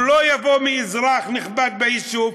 הוא לא יבוא מאזרח נכבד ביישוב,